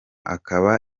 akaba